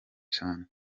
cyane